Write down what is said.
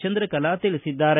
ಚಂದ್ರಕಲಾ ತಿಳಿಸಿದ್ದಾರೆ